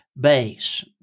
base